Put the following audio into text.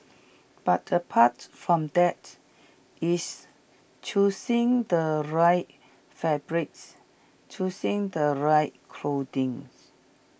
but apart from that it's choosing the right fabrics choosing the right clothings